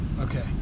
Okay